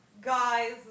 Guys